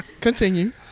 Continue